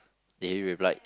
did he replied